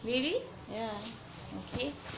really okay